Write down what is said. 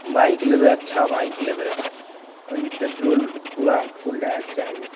bike लेबै अच्छा bike लेबै ओइमे पेट्रोल पुरा फुल रहैके चाही